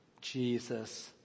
Jesus